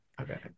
Okay